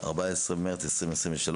14 במרץ 2023,